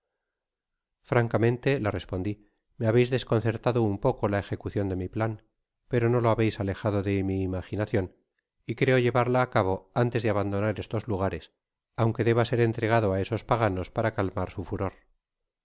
francamente le respondi me habeis desconcertado un poco la ejecucion de mi plan per no lo habeis alejado de mi imaginacion y creo llevarla á cabo antes de aban donar estos lugares aunque deba ser entregado á esos paganos para calmar su furor